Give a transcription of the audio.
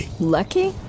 Lucky